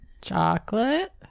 chocolate